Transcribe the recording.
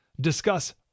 discuss